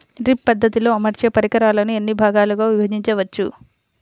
Drip పద్ధతిలో అమర్చే పరికరాలను ఎన్ని భాగాలుగా విభజించవచ్చు?